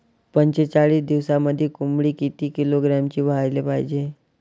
पंचेचाळीस दिवसामंदी कोंबडी किती किलोग्रॅमची व्हायले पाहीजे?